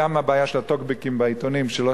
גם הבעיה של הטוקבקים בעיתונים שאנשים לא